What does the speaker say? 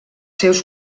seus